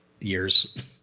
years